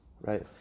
right